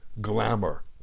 glamour